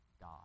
God